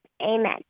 amen